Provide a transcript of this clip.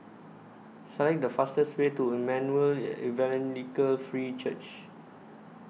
Select The fastest Way to Emmanuel Evangelical Free Church